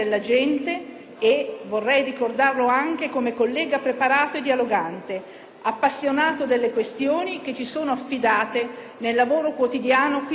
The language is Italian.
Vorrei ricordarlo anche come collega preparato e dialogante, appassionato alle questioni che ci vengono affidate nel lavoro quotidiano in Senato,